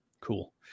Cool